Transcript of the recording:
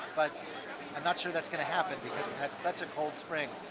but i'm not sure that's gonna happen, we had such a cold spring.